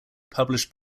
published